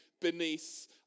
beneath